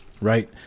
right